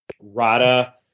Rada